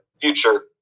future